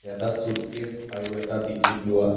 এটা শ্বুটকেছ আৰু এটা পিঠিত লোৱা